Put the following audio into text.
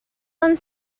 han